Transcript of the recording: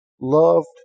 loved